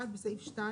(1) בסעיף 2